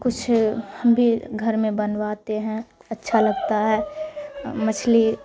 کچھ بھی گھر میں بنواتے ہیں اچھا لگتا ہے مچھلی